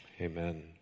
Amen